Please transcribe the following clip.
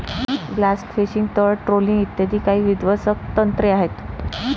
blast fishing, तळ trawling इ काही विध्वंसक तंत्रे आहेत